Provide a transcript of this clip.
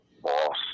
Boss